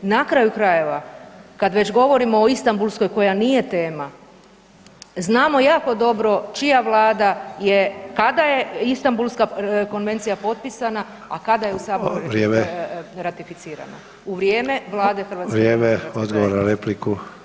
Na kraju krajeva kad već govorimo o Istambulskoj koja nije tema, znamo jako dobro čija vlada je kada je Istambulska konvencija potpisana, a kada je u saboru [[Upadica: Vrijeme.]] ratificirana, u vrijeme vlade HDZ-a.